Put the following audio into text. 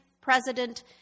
President